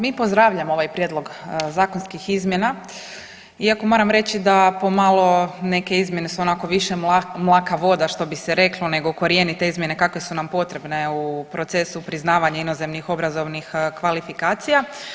Mi pozdravljamo ovaj prijedlog zakonskih izmjena iako moram reći da pomalo neke izmjene su onako više mlaka voda što bi reklo nego korijenite izmjene kakve su nam potrebe u procesu priznavanja inozemnih obrazovnih kvalifikacija.